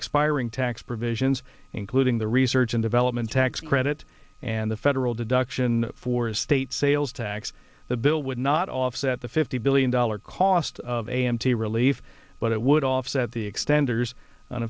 expiring tax provisions including the research and development tax credit and the federal deduction for state sales tax the bill would not offset the fifty billion dollars cost of a m t relief but it would offset the exten